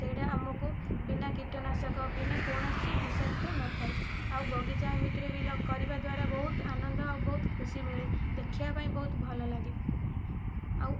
ସେଇଟା ଆମକୁ ବିନା କୀଟନାଶକ ବିନା କୌଣସି ବି'ଷାକ୍ତ ନଥାଏ ଆଉ ବଗିଚା ଏମିତିରେ ବିଲ କରିବା ଦ୍ୱାରା ବହୁତ ଆନନ୍ଦ ଓ ବହୁତ ଖୁସି ମିଳେ ଦେଖିବା ପାଇଁ ବହୁତ ଭଲ ଲାଗେ ଆଉ